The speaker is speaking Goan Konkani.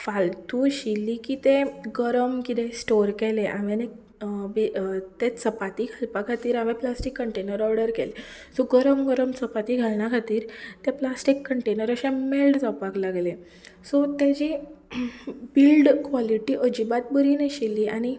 फालतू आशिल्ली की ते गरम कितें स्टोर केलें आनी तें चपाती घालपा खातीर हांवें प्लास्टीक कंटेनर ऑर्डर केल्ले सो गरम गरम चपाती घालपा खातीर ते प्लास्टीक कंटेनर अशे मेल्ट जावपाक लागले सो तेची बिल्ड कॉलिटी अजिबात बरी नाशिल्ली आनी